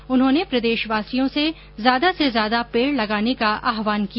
साथ ही उन्होंने प्रदेशवासियों से ज्यादा से ज्यादा पेड़ लगाने का आहवान किया